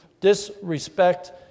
disrespect